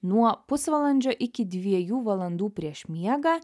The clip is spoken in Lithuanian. nuo pusvalandžio iki dviejų valandų prieš miegą